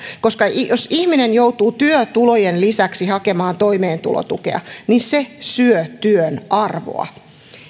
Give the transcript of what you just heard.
sillä jos ihminen joutuu työtulojen lisäksi hakemaan toimeentulotukea niin se syö työn arvoa